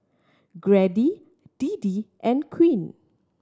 Grady Deedee and Queen